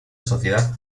sociedad